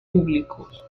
públicos